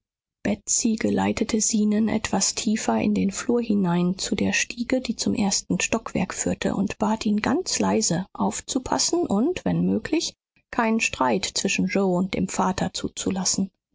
betsy geleitete zenon etwas tiefer in den flur hinein zu der stiege die zum ersten stockwerk führte und bat ihn ganz leise aufzupassen und wenn möglich keinen streit zwischen yoe und dem vater zuzulassen